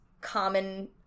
common